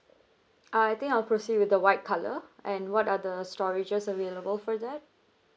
I think I will proceed with the white colour and what are the storages available for that